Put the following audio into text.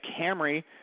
Camry